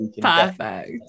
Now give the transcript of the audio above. Perfect